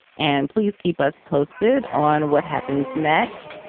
and please keep us posted on what happens next.